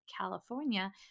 California